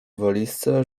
walizce